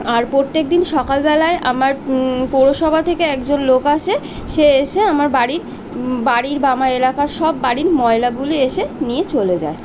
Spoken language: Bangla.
আর প্রত্যেক দিন সকালবেলায় আমার পুরসভা থেকে একজন লোক আসে সে এসে আমার বাড়ির বাড়ির বা আমার এলাকার সব বাড়ির ময়লাগুলি এসে নিয়ে চলে যায়